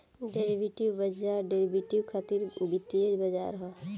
derivative बाजार derivative खातिर वित्तीय बाजार ह